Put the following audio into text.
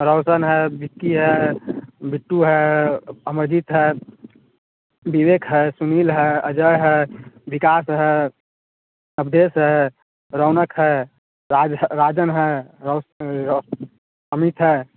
रोशन है विक्की है बिट्टू है अ अमरजीत है विवेक है सुनील है अजय है विकास है अवधेस है रौनक है राज है राजन है रौस अमित है